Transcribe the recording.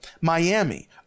Miami